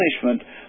punishment